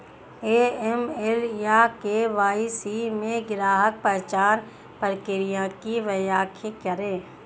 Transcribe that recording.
AML या KYC में ग्राहक पहचान प्रक्रिया की व्याख्या करें?